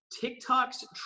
TikTok's